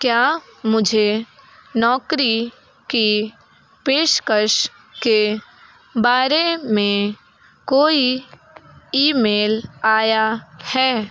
क्या मुझे नौकरी की पेशकश के बारे में कोई ईमेल आया है